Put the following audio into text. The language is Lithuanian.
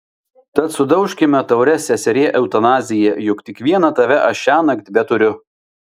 tad sudaužkime taures seserie eutanazija juk tik vieną tave aš šiąnakt beturiu